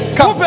Come